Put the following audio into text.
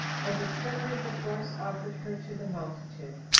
and discovering the force offered her to the multitude